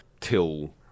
till